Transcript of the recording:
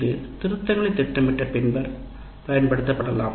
இது திருத்தங்களைத் திட்டமிட பின்னர் பயன்படுத்தப் படலாம்